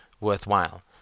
worthwhile